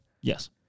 Yes